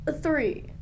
Three